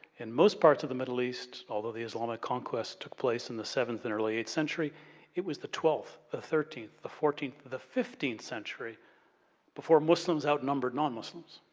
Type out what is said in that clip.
in most parts of the middle east, although the islamic conquest took place in the seventh and early eighth century it was the twelfth, the thirteenth, the fourteenth, the fifteenth century before muslims outnumbered non-muslims.